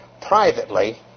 privately